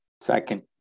Second